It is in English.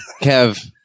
Kev